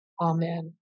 Amen